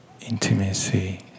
intimacy